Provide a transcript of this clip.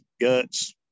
guts